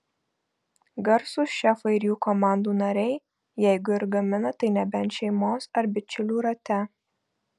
garsūs šefai ir jų komandų nariai jeigu ir gamina tai nebent šeimos ar bičiulių rate